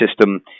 system